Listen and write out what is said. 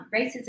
racism